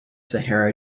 sahara